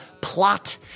plot